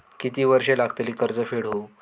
किती वर्षे लागतली कर्ज फेड होऊक?